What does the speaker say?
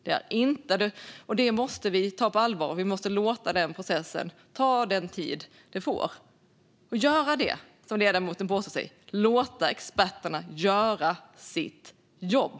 Detta måste vi ta på allvar. Vi måste låta processen ta den tid den tar och göra det som ledamoten påstår sig vilja, nämligen låta experterna göra sitt jobb.